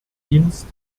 dienst